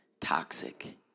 toxic